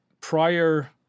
prior